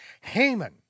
Haman